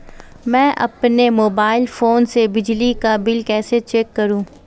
मैं अपने mobile phone से बिजली का बिल कैसे चेक करूं?